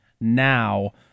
now